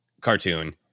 cartoon